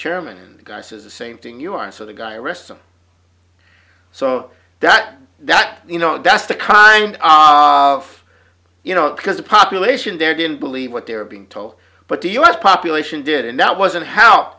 chairman and the guy says the same thing you are so the guy rests on so that that you know that's the kind of you know because the population there didn't believe what they're being told but the u s population did and that wasn't help